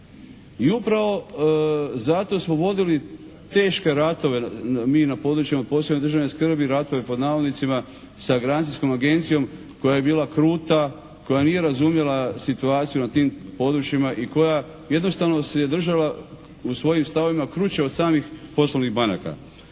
I upravo zato smo vodili teške ratove mi na područjima od posebne državne skrbi, ratove pod navodnicima sa garancijskom agencijom koja je bila kruta, koja nije razumjela situaciju na tim područjima i koja jednostavno se držala u svojim stavovima kruće od samih poslovnih banaka.